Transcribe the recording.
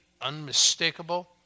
unmistakable